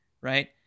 right